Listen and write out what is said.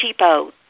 cheapo